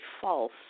false